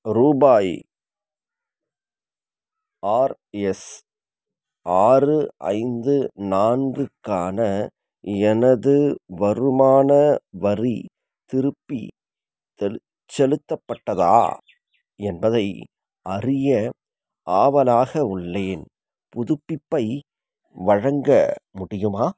ரூபாய் ஆர்எஸ் ஆறு ஐந்து நான்குக்கான எனது வருமான வரி திருப்பிச் செலுத்தப்பட்டதா என்பதை அறிய ஆவலாக உள்ளேன் புதுப்பிப்பை வழங்க முடியுமா